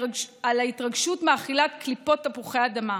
על ההתרגשות מאכילת קליפות תפוחי אדמה.